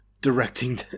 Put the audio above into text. directing